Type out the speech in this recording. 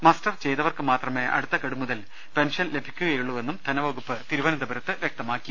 muster ചെയ്തവർക്ക് മാത്രമേ അടുത്ത ഗഡുമു തൽ പെൻഷൻ ലഭിക്കുകയുള്ളൂവെന്നും ധനവകുപ്പ് തിരുവനന്തപുരത്ത് അറിയിച്ചു